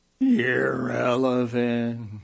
irrelevant